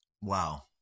Wow